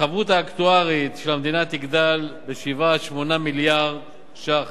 החבות האקטוארית של המדינה תגדל ב-7 8 מיליארד ש"ח.